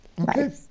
okay